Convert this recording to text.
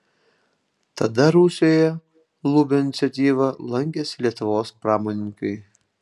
tada rusijoje lubio iniciatyva lankėsi lietuvos pramonininkai